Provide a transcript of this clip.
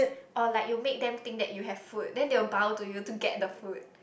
or like you make them think that you have food then they will bow to you to get the food